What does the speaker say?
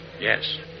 Yes